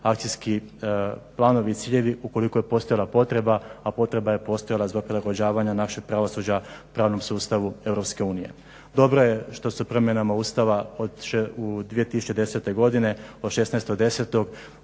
akcijski planovi i ciljevi ukoliko je postojala potreba, a potreba je postojala zbog prilagođavanja našeg pravosuđa pravno sustavu EU. Dobro je što su promjenama Ustava od 2010. godine od 16.10.